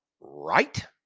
Right